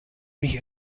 mich